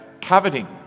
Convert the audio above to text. coveting